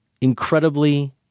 incredibly